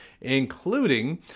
including